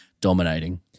dominating